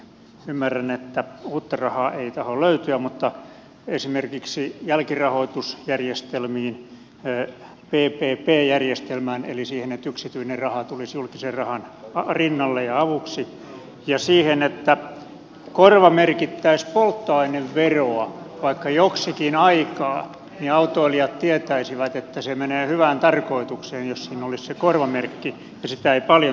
ymmärrän että uutta rahaa ei tahdo löytyä mutta miten suhtaudutte esimerkiksi jälkirahoitusjärjestelmiin ppp järjestelmään eli siihen että yksityinen raha tulisi julkisen rahan rinnalle ja avuksi ja siihen että korvamerkittäisiin polttoaineveroa vaikka joksikin aikaa niin että autoilijat tietäisivät että se menee hyvään tarkoitukseen jos siinä olisi se korvamerkki ja sitä ei paljon tarvitsisi laittaa